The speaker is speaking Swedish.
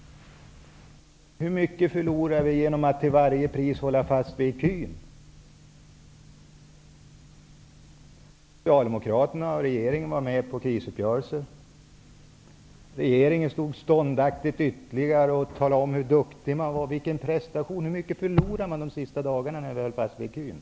Hur mycket förlorade vi genom att till varje pris hålla fast vid ecun? Socialdemokraterna och regeringen var överens om krisuppgörelser. Regeringen stod ståndaktigt ytterligare en tid och talade om hur duktig man var och vilken prestation det var. Men hur mycket förlorade man de sista dagarna vi höll fast vid ecun?